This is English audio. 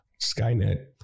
Skynet